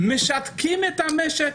משתקים את המשק?